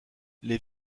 les